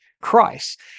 Christ